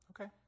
Okay